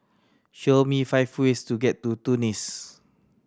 show me five ways to get to Tunis